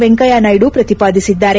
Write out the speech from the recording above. ವೆಂಕಯ್ಲ ನಾಯ್ಲು ಪ್ರತಿಪಾದಿಸಿದ್ದಾರೆ